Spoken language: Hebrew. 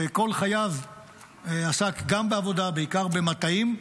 שכל חייו עסק גם בעבודה, בעיקר במטעים,